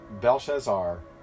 Belshazzar